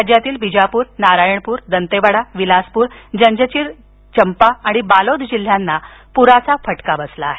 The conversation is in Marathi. राज्यातील बिजापूर नारायणपूर दंतेवाडा विलासपूर जंजगीर चंपा आणि बालोद जिल्ह्यांना पुराचा फटका बसला आहे